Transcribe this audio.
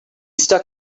stuck